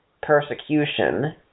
persecution